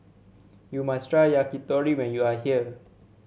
you must try Yakitori when you are here